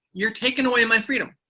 you're taking away my freedom.